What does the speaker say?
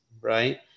right